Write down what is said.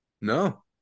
no